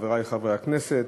חברי חברי הכנסת,